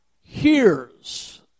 hears